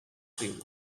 cream